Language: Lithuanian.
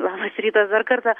labas rytas dar kartą